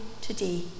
today